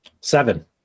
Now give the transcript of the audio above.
Seven